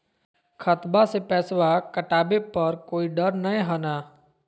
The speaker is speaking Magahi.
खतबा से पैसबा कटाबे पर कोइ डर नय हय ना?